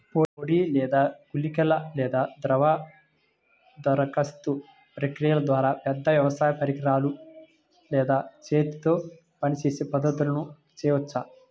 పొడి లేదా గుళికల లేదా ద్రవ దరఖాస్తు ప్రక్రియల ద్వారా, పెద్ద వ్యవసాయ పరికరాలు లేదా చేతితో పనిచేసే పద్ధతులను చేయవచ్చా?